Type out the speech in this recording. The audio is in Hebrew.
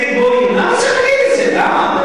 נגד גויים, למה הוא צריך להגיד את זה, למה?